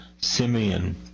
Simeon